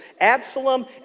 Absalom